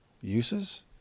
uses